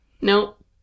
Nope